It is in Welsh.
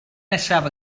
nesaf